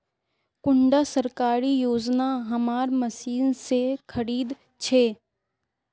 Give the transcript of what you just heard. कुंडा सरकारी योजना हमार मशीन से खरीद छै?